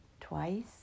twice